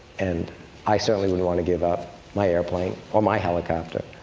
and i certainly wouldn't want to give up my airplane, or my helicopter,